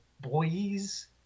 boys